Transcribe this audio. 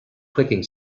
clicking